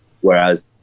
whereas